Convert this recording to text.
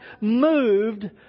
moved